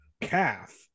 calf